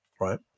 right